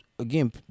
Again